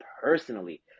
personally